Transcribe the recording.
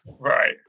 Right